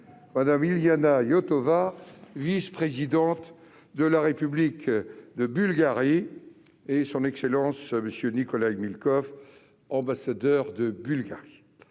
Mme Iliana Iotova, vice-présidente de la République de Bulgarie, et de Son Excellence M. Nikolay Milkov, ambassadeur de Bulgarie.